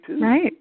Right